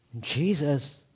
Jesus